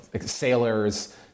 sailors